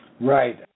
right